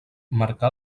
marcà